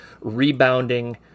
rebounding